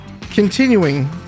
continuing